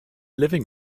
living